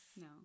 No